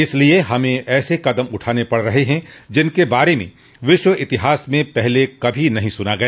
इसलिए हमें ऐसे कदम उठाने पड़ रहे हैं जिनके बारे में विश्व इतिहास में पहले कभी नहीं सुना गया